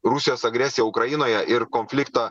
rusijos agresiją ukrainoje ir konfliktą